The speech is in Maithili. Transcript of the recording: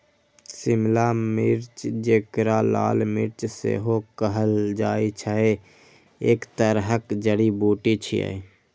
शिमला मिर्च, जेकरा लाल मिर्च सेहो कहल जाइ छै, एक तरहक जड़ी बूटी छियै